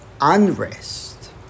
unrest